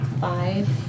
Five